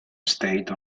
estate